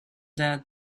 that